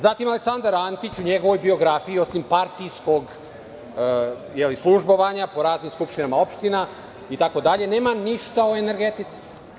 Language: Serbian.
Zatim Aleksandar Antić, u njegovoj biografiji, osim partijskog službovanja po raznim skupštinama opština itd, nema ništa o energetici.